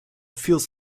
feels